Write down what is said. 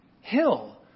hill